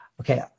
Okay